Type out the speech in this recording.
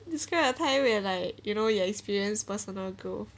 this kind of time where like you know you're experience personal growth